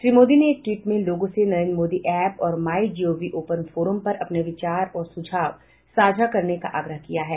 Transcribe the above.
श्री मोदी ने एक ट्वीट में लोगों से नरेन्द्र मोदी ऐप और my G O V open forum पर अपने विचार और सुझाव साझा करने का आग्रह किया है